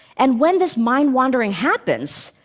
and when this mind-wandering happens,